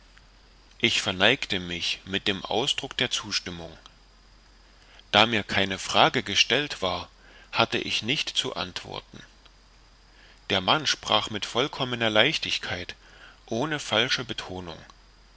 ich verneigte mich mit dem ausdruck der zustimmung da mir keine frage gestellt war hatte ich nicht zu antworten der mann sprach mit vollkommener leichtigkeit ohne falsche betonung